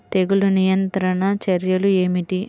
తెగులు నియంత్రణ చర్యలు ఏమిటి?